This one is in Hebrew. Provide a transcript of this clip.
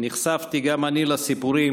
נחשפתי גם אני לסיפורים